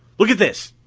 look at this!